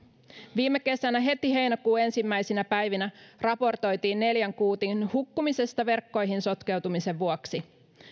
viime kesänä heti heinäkuun ensimmäisinä päivinä raportoitiin neljän kuutin hukkumisesta verkkoihin sotkeutumisen vuoksi